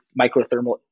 microthermal